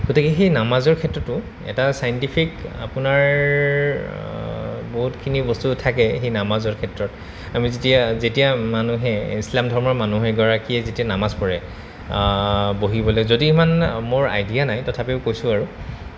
গতিকে সেই নামাজৰ ক্ষেত্ৰতো এটা চাইণ্টিফিক আপোনাৰ বহুতখিনি বস্তু থাকে সেই নামাজৰ ক্ষেত্ৰত আমি যেতিয়া যেতিয়া মানুহে ইছলাম ধৰ্মৰ মানুহ এগৰাকীয়ে যেতিয়া নামাজ পঢ়ে বহিবলে যদি ইমান মোৰ আইডিয়া নাই তথাপিও কৈছোঁ আৰু